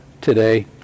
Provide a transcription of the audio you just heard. today